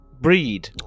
Breed